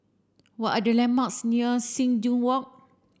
what are the landmarks near Sing Joo Walk